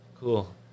Cool